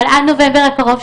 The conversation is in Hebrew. אבל עד נובמבר הקרוב,